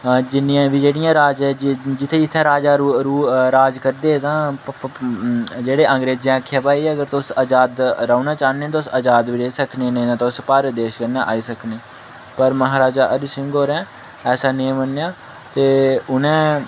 जि'न्नियां बी जेह्ड़ियां राजे जि'त्थें जि'त्थें राजे राज करदे तां जेह्ड़े अंग्रेजें आखेआ अगर भाई तुस आजाद रौह्ना चाह्न्ने तां तुस आजाद बी रेही सकदे नेईं तां तुस भारत देश कन्नै आई सकने पर म्हाराजा हरि सिंह होरें ऐसा नेईं मन्नेआ ते उ'नें